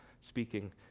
speaking